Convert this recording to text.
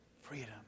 freedom